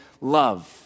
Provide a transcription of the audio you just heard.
love